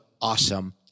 awesome